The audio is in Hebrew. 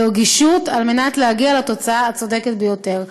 ברגישות, על מנת להגיע לתוצאה הצודקת ביותר.